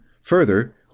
further